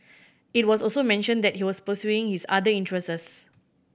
it was also mentioned that he was pursuing his other interests